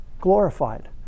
glorified